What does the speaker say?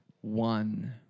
one